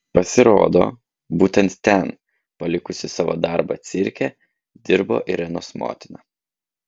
pasirodo būtent ten palikusi savo darbą cirke dirbo irenos motina